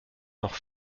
noch